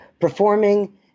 performing